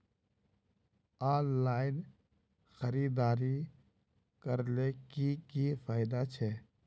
Online खरीदारी करले की की फायदा छे?